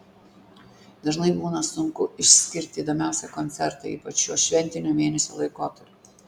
dažnai būna sunku išskirti įdomiausią koncertą ypač šiuo šventinio mėnesio laikotarpiu